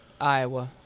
Iowa